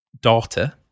daughter